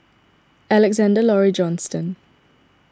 Alexander Laurie Johnston